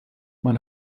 man